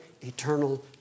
eternal